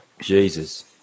Jesus